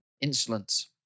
Insolence